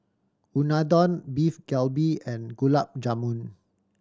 Unadon Beef Galbi and Gulab Jamun